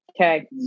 Okay